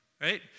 right